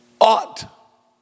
ought